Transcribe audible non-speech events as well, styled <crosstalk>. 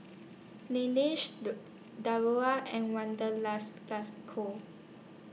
Laneige <noise> Diadora and Wanderlust Plus Co